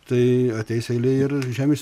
tai ateis eilė ir žemės